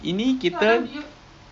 eh lapar ah